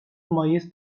mayıs